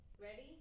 Ready